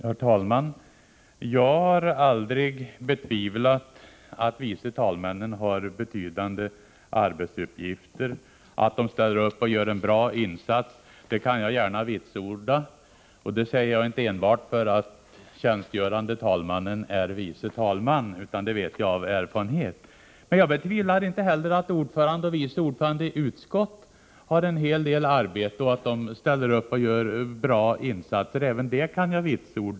Herr talman! Jag har aldrig betvivlat att vice talmännen har betydande arbetsuppgifter eller att de ställer upp och gör en bra insats. Att så är fallet kan jag gärna vitsorda. Det säger jag inte enbart därför att tjänstgörande talmannen är vice talman, utan det vet jag. Men jag betvivlar inte heller att ordföranden och vice ordföranden i utskotten har en hel del arbete och att de ställer upp och gör bra insatser. Även det kan jag vitsorda.